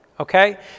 Okay